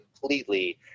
completely